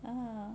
(uh huh)